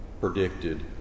predicted